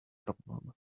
problem